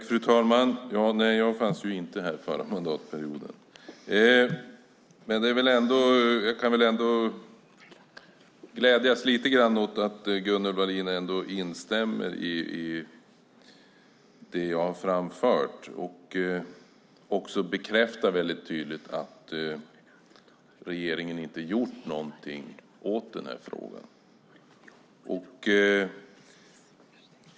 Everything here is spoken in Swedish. Fru talman! Nej, jag var inte med här förra mandatperioden. Jag kan väl glädjas lite grann åt att Gunnel Wallin ändå instämmer i det jag framfört och också väldigt tydligt bekräftar att regeringen inte har gjort någonting i frågan.